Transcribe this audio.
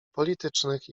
politycznych